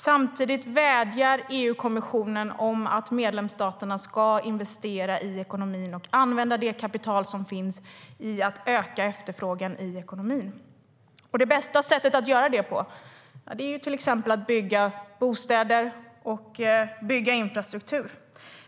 Samtidigt vädjar EU-kommissionen om att medlemsstaterna ska investera i ekonomin och använda det kapital som finns för att öka efterfrågan i ekonomin. Det bästa sättet att göra det är till exempel genom att bygga bostäder och infrastruktur.